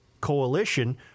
coalition